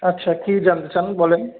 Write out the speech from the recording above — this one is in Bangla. আচ্ছা কী জানতে চান বলুন